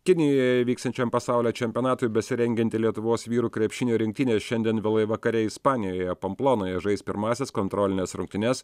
kinijoje vyksiančiam pasaulio čempionatui besirengianti lietuvos vyrų krepšinio rinktinė šiandien vėlai vakare ispanijoje pomplonoje žais pirmąsias kontrolines rungtynes